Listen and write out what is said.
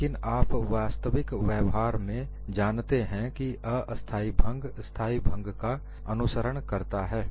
लेकिन आप वास्तविक व्यवहार में जानते हैं कि अस्थाई भंग स्थाई भंग के अनुसरण करता है